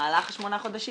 במהלך השמונה חודשים,